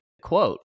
quote